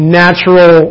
natural